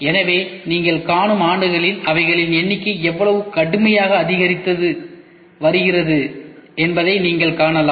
எனவே நீங்கள் காணும் ஆண்டுகளில் அவைகளின் எண்ணிக்கை எவ்வளவு கடுமையாக அதிகரித்து வருவதை நீங்கள் காணலாம்